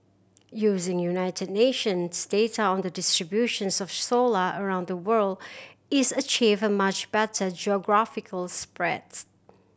using United Nations data on the distributions of scholar around the world its achieved a much better geographical spreads